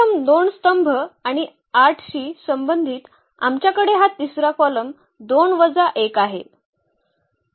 प्रथम दोन स्तंभ आणि 8 शी संबंधित आमच्याकडे हा तिसरा कॉलम 2 वजा 1 आहे